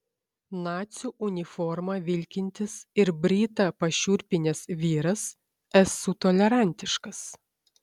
nacių uniforma vilkintis ir britą pašiurpinęs vyras esu tolerantiškas